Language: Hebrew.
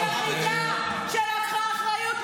חבר הכנסת גלעד קריב,